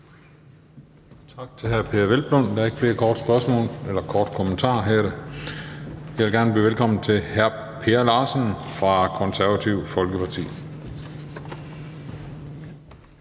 Tak til hr. Peder Hvelplund. Der er ikke flere korte bemærkninger. Jeg vil gerne byde velkommen til hr. Per Larsen fra Konservative Folkeparti.